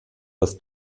das